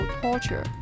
torture